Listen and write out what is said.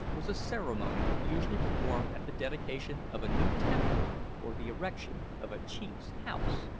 was a ceremony usually performed at the dedication of a new temple or the erection of a chief's house!